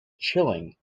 chilling